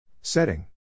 Setting